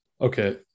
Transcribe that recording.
okay